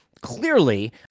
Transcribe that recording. Clearly